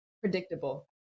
predictable